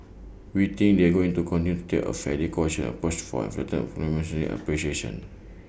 we think they're going to continue to take A fairly cautious approach for and flatten monetary appreciation